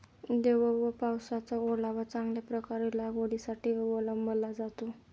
दव व पावसाचा ओलावा चांगल्या प्रकारे लागवडीसाठी अवलंबला जातो